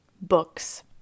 books